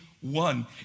one